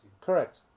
Correct